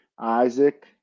Isaac